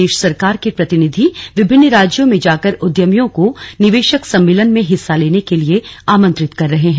प्रदेश सरकार के प्रतिनिधि विभिन्न राज्यों में जाकर उद्यमियों को निवेशक सम्मेलन में हिस्सा लेने के लिए आमंत्रित कर रहे हैं